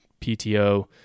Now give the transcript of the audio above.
PTO